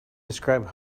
describe